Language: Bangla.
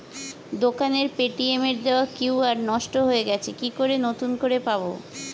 দোকানের পেটিএম এর দেওয়া কিউ.আর নষ্ট হয়ে গেছে কি করে নতুন করে পাবো?